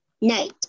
Night